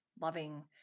loving